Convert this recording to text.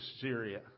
Syria